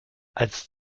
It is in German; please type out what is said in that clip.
als